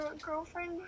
girlfriend